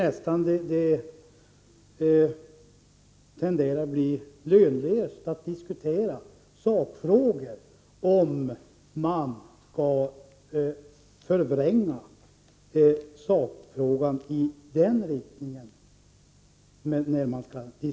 Det tenderar att bli lönlöst att diskutera sakfrågor när man förvränger dem i den riktningen.